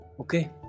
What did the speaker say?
Okay